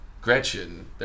Gretchen